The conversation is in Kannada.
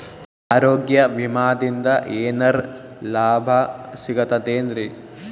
ಆರೋಗ್ಯ ವಿಮಾದಿಂದ ಏನರ್ ಲಾಭ ಸಿಗತದೇನ್ರಿ?